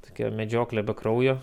tokia medžioklė be kraujo